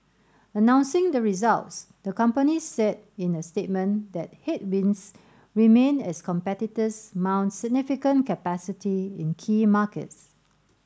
announcing the results the company said in a statement that headwinds remain as competitors mount significant capacity in key markets